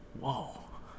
Whoa